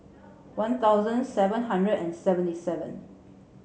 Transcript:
one thousand seven hundred and seventy seven